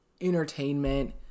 entertainment